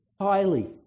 highly